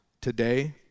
today